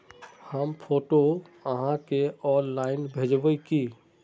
हम फोटो आहाँ के ऑनलाइन भेजबे की?